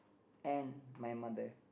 and my mother